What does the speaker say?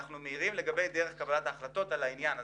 אנחנו מעירים לגבי דרך קבלת ההחלטות בעניין הזה,